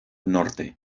norte